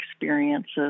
experiences